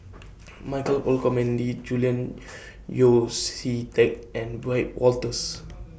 Michael Olcomendy Julian Yeo See Teck and Wiebe Wolters